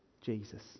Jesus